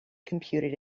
computed